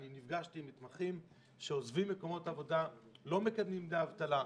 נפגשתי עם מתמחים שעוזבים מקומות עבודה ולא מקבלים דמי אבטלה.